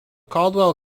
caldwell